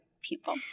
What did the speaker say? people